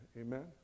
amen